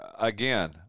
again –